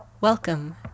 Welcome